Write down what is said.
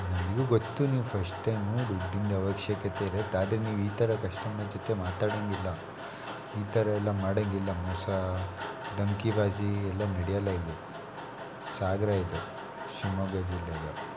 ನನಗು ಗೊತ್ತು ನೀವು ಫಸ್ಟ್ ಟೈಮು ದುಡ್ಡಿಂದು ಅವಶ್ಯಕತೆ ಇದೆ ನೀವು ಈ ಥರ ಕಸ್ಟಮರ್ ಜೊತೆ ಮಾತಾಡಂಗಿಲ್ಲ ಈ ಥರ ಎಲ್ಲ ಮಾಡೋಂಗಿಲ್ಲ ಮೋಸ ಧಮ್ಕಿಬಾಜಿ ಎಲ್ಲ ನಡೆಯೋಲ್ಲ ಇಲ್ಲಿ ಸಾಗರ ಇದು ಶಿವಮೊಗ್ಗ ಜಿಲ್ಲೆ ಇದು